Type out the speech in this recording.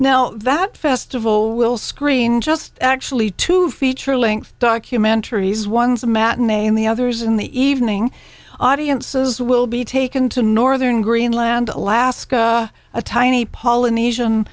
now that festival will screen just actually two feature length documentary he's one's a matinee and the others in the evening audiences will be taken to northern greenland alaska a tiny polynesian